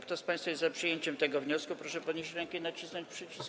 Kto z państwa jest za przyjęciem tego wniosku, proszę podnieść rękę i nacisnąć przycisk.